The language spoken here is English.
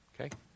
Okay